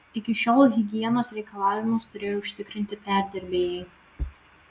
iki šiol higienos reikalavimus turėjo užtikrinti perdirbėjai